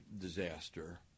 disaster